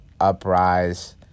uprise